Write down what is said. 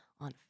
on